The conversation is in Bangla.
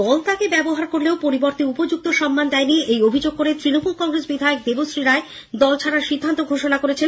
দল তাকে ব্যবহার করলেও পরিবর্তে উপযুক্ত সম্মান দেয়নি এই অভিযোগ করে তৃণমূল কংগ্রেস বিধায়ক দেবশ্রী রায় দল ছাড়ার সিদ্ধান্ত ঘোষণা করেছেন